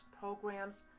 programs